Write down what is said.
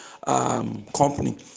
Company